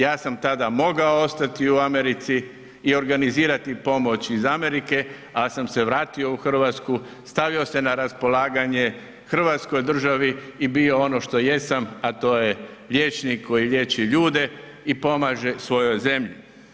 Ja sam tada mogao ostati u Americi i organizirati pomoć iz Amerike, ali sam se vratio u Hrvatsku, stavio se na raspolaganje Hrvatskoj državi i bio ono što jesam, a to je liječnik koji liječi ljude i pomaže svojoj zemlji.